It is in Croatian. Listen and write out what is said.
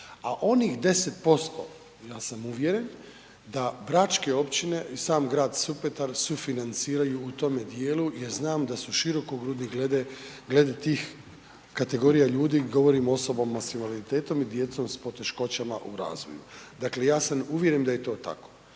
a onih 10% ja sam uvjeren da bračke općine i sam grad Supetar sufinanciraju u tome dijelu jer znam da su širokogrudni glede tih kategorija ljudi, govorimo o osobama s invaliditetom i djecom s poteškoćama u razvoju. Dakle, ja sam uvjeren da je to tako.